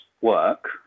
work